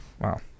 Wow